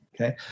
okay